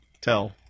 tell